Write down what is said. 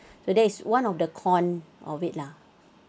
so that is one of the con of it lah